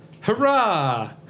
Hurrah